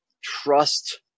trust